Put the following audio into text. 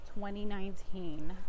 2019